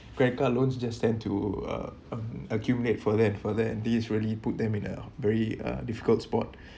greater loans just tend to uh accumulate further and further and these really put them in a very uh difficult spot